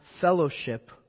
fellowship